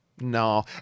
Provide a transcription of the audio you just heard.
No